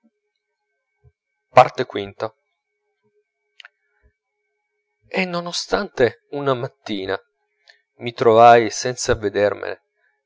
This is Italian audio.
vedervi v e non ostante una mattina mi trovai senza avvedermene